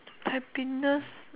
happiness